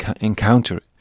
encounter